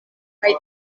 kaj